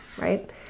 Right